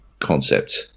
concept